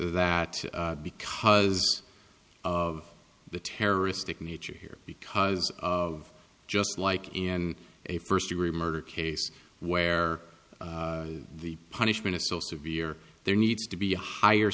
that because of the terroristic nature here because of just like in a first degree murder case where the punishment is so severe there needs to be a higher